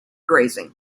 grazing